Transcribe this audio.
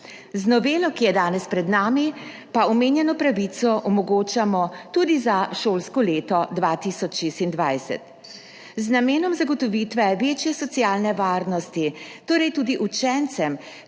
Z novelo, ki je danes pred nami, pa omenjeno pravico omogočamo tudi za šolsko leto 2026. Z namenom zagotovitve večje socialne varnosti, torej tudi učencem,